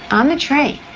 um the tray,